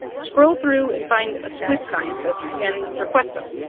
scroll through and find a squid scientist and request them.